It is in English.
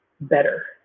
better